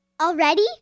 Already